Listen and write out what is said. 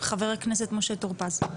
חבר הכנסת משה טור-פז.